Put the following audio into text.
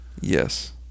Yes